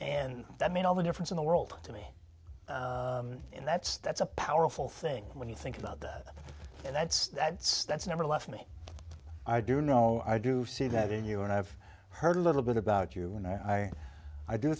and that made all the difference in the world to me and that's that's a powerful thing when you think about that and that's that's that's never left me i do know i do see that in you and i've heard a little bit about you and i i